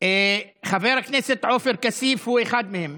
חבר הכנסת עופר כסיף הוא אחד מהם.